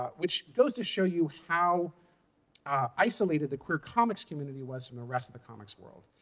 but which goes to show you how isolated the queer comics community was from the rest of the comics world.